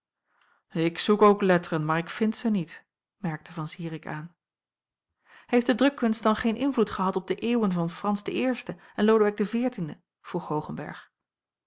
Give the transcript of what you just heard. ik zoek ook letteren maar ik vind ze niet merkte van zirik aan heeft de drukkunst dan geen invloed gehad op de eeuwen van frans i en lodewijk xiv vroeg hoogenberg